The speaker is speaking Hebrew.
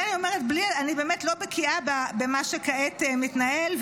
אני באמת לא בקיאה במה שכעת מתנהל,